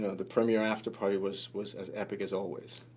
the premiere after party was was as epic as always.